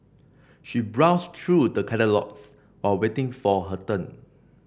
she browsed through the catalogues while waiting for her turn